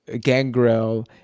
Gangrel